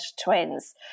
twins